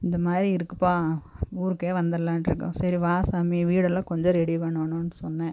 இந்த மாதிரி இருக்குதுப்பா ஊருக்கே வந்துரலான்ட்டு இருக்கோம் சரி வா சாமி வீடெல்லாம் கொஞ்சம் ரெடி பண்ணனுன்னு சொன்னேன்